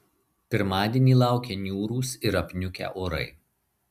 pirmadienį laukia niūrūs ir apniukę orai